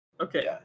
Okay